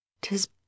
tis